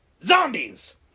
Zombies